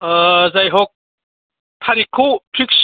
जाय हक थारिकखौ फिक्स